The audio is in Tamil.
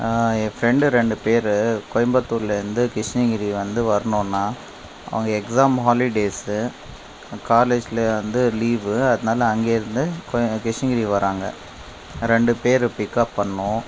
என் ஃப்ரெண்டு ரெண்டு பேர் கோயம்புத்தூர்லேருந்து கிருஷ்ணகிரி வந்து வரணுண்ணா அவங்க எக்ஸாம் ஹாலிடேஸு காலேஜில் வந்து லீவு அதனால அங்கேயிருந்து கிருஷ்ணகிரி வர்றாங்க ரெண்டு பேர் பிக்கப் பண்ணணும்